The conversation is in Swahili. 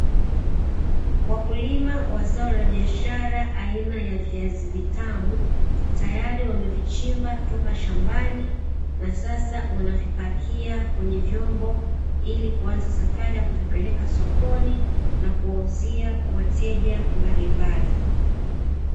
Wakulima wa zao la biashara aina ya viazi vitamu tayari wamevichimba toka shambani na sasa wanavipakia kwenye vyombo ili kuanza safari ya kuvipeleka sokoni na kuwauzia wateja mbalimbali.